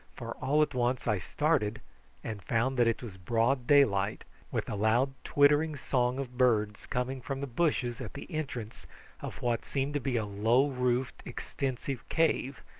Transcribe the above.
for all at once i started and found that it was broad daylight, with the loud twittering song of birds coming from the bushes at the entrance of what seemed to be a low-roofed extensive cave,